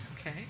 Okay